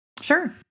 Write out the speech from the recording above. Sure